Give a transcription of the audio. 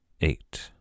eight